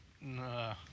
no